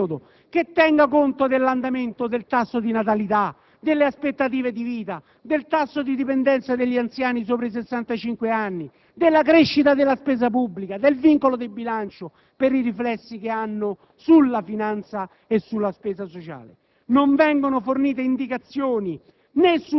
sia rispetto alla finestra di opportunità sia rispetto all'equilibrio previdenziale di lungo periodo (che tenga conto dell'andamento del tasso di natalità, delle aspettative di vita, del tasso di dipendenza degli anziani sopra i 65 anni, della crescita della spesa pubblica, del vincolo di bilancio) per i riflessi che hanno sulla